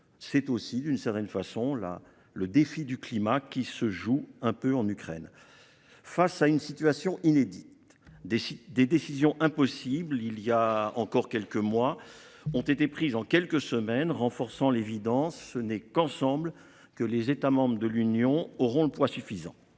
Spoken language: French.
c'est aussi d'une certaine façon là le défi du climat qui se joue un peu en Ukraine. Face à une situation inédite des des décisions impossible il y a encore quelques mois ont été prises en quelques semaines, renforçant l'évidence ce n'est qu'ensemble que les États membres de l'Union auront le poids suffisant